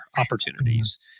opportunities